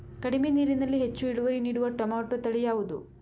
ಕಡಿಮೆ ನೀರಿನಲ್ಲಿ ಹೆಚ್ಚು ಇಳುವರಿ ನೀಡುವ ಟೊಮ್ಯಾಟೋ ತಳಿ ಯಾವುದು?